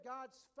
God's